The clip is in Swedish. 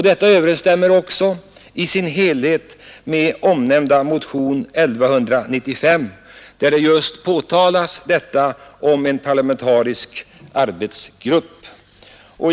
Detta överensstämmer också i sin helhet med omnämnda motion 1195, i vilken det uttalas önskemål om en arbetsgrupp med parlamentarisk representation.